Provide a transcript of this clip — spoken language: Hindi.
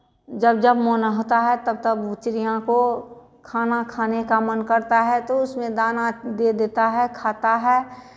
जब जब मन होता है तब तब वो चिड़िया को खाना खाने का मन करता है तो उसमें दाना दे देता है खाता है